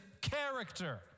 character